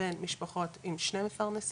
בין משפחות עם שני מפרנסים,